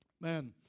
Man